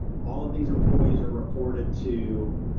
all of these employees are reported to